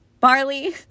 Barley